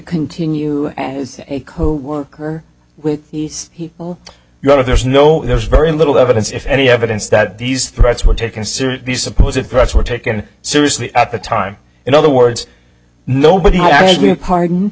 continue as a coworker with these people you know there's no there's very little evidence if any evidence that these threats were taken seriously suppose if threats were taken seriously at the time in other words nobody